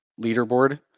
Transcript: leaderboard